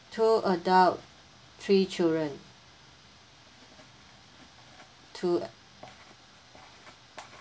two adult three children two uh